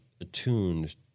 attuned